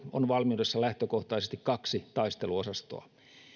on valmiudessa lähtökohtaisesti kaksi taisteluosastoa